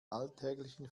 alltäglichen